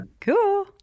Cool